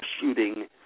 shooting